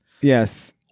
Yes